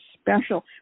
special